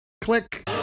Click